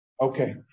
Okay